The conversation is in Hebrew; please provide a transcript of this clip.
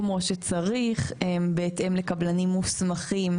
כמו שצריך בהתאם לקבלנים מוסמכים,